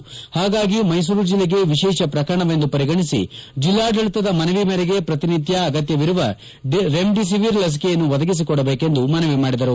ಪಾಗಾಗಿ ಮೈಸೂರು ಜಲ್ಲಿಗೆ ವಿರೇಷ ಪ್ರಕರಣವೆಂದು ಪರಿಗಣಿಸಿ ಜಿಲ್ಲಾಡಳಿತದ ಮನವಿ ಮೇರೆಗೆ ಪ್ರತಿನಿತ್ಯ ಅಗತ್ಯ ಇರುವ ರೆಮಿಡಿಸಿವಿರ್ ಲಸಿಕೆಯನ್ನು ಒದಗಿಸಿಕೊಡಬೇಕೆಂದು ಮನವಿ ಮಾಡಿದರು